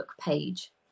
page